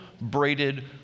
braided